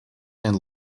and